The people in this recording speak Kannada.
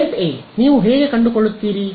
ಜೆಡ್ ಎ ನೀವು ಹೇಗೆ ಕಂಡುಕೊಳ್ಳುತ್ತೀರಿ